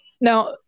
Now